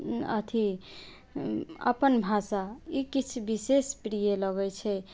अथी अपन भाषा ई किछु विशेष प्रिय लगै छै